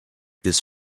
this